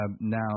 now